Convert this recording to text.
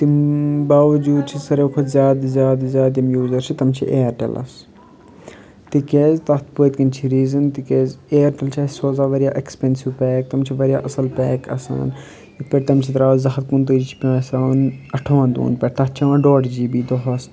تَمہِ باؤجوٗد چھِ ساروِیو کھۄتہٕ زیادٕ زیادٕ زیادٕ یِم یوٗزَر چھِ تِم چھِ اِیَرٹیٚلَس تِکیٛازِ تَتھ پٔتۍ کَنۍ چھِ ریٖزَن تِکیٛازِ اِیَرٹیٚل چھِ اَسہِ سوزان واریاہ ایٚکٕسپیٚنسِو پیک تِم چھِ واریاہ اَصٕل پیک آسان یِتھٕ پٲٹھۍ تَمہِ سٍتۍ درٛاو زٕ ہَتھ کُنتٲجی چھِ پٮ۪وان اَٹھوُہن دۄہَن پٮ۪ٹھ تَتھ چھِ یِوان ڈۄڈ جی بی دۄہَس